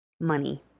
money